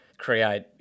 create